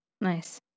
nice